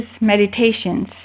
meditations